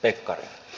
kyllä